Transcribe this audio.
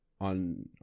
on